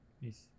yes